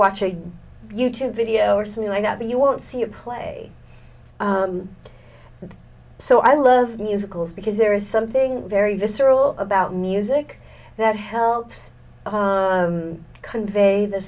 watch a you tube video or something like that but you won't see a play so i love musicals because there is something very visceral about music that helps convey the